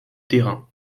terrain